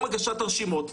יום הגשת הרשימות,